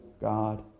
God